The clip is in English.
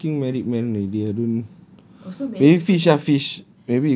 I'm a fucking married man already I don't maybe fish ah fish